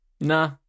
Nah